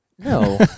no